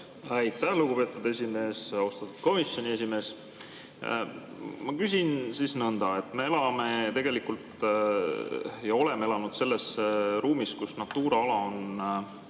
Aitäh, lugupeetud esimees! Austatud komisjoni esimees! Ma küsin nõnda. Me elame tegelikult ja oleme elanud selles ruumis, kus Natura ala on